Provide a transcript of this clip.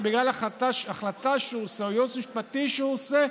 בגלל החלטה שהוא עושה או ייעוץ משפטי שהוא עושה,